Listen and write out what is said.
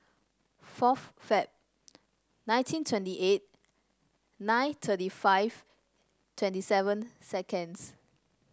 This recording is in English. fourth Feb nineteen twenty eight nine thirty five twenty seven seconds